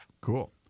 Cool